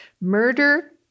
Murder